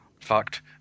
Fucked